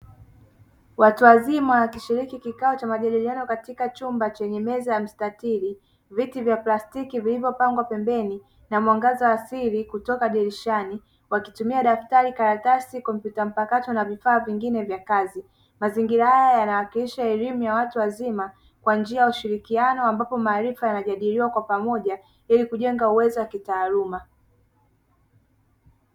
Watu wazima wakishiriki kikao cha majadiliano katika chumba chenye meza ya mstatiri, viti vya plastiki vilivyopangwa pembeni na mwangaza wa asiri kutoka dirishani wakitumia daftari, karatasi, kompyuta mpakato na vifaa vingine vya kazi, Mazingira haya yanawakilisha elimu ya watu wazima kwa njia ya ushirikiano ambapo maarifa yanajadiliwa kwa pamoja ili kujenga uwezo wa kitaaluma.